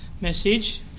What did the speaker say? message